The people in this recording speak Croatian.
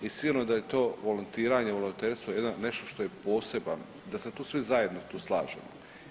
I sigurno da je to volontiranje, volonterstvo nešto što je poseban, da se tu svi zajedno tu slažemo.